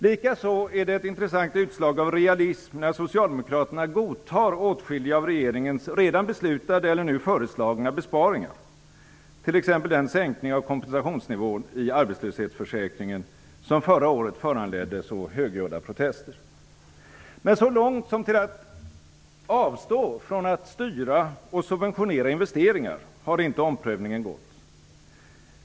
Likaså är det ett intressant utslag av realism när Socialdemokraterna godtar åtskilliga av regeringen redan beslutade eller nu föreslagna besparingar, t.ex. den sänkning av kompensationsnivån i arbetslöshetsförsäkringen som förra året föranledde så högljudda protester. Men så långt som till att avstå från att styra och subventionera investeringar har inte omprövningen gått.